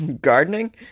gardening